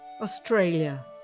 Australia